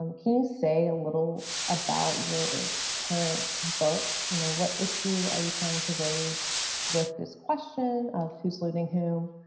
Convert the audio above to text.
um can you say a little about your current book, you know, what issues are you trying to raise with this question of who's looting whom,